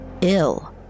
ill